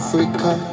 Africa